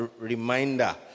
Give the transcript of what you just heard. reminder